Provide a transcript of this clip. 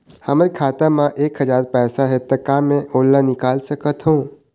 हमर खाता मा एक हजार पैसा हे ता का मैं ओला निकाल सकथव?